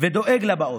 ודואג לבאות.